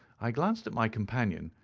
i glanced at my companion,